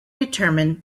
determined